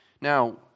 Now